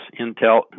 Intel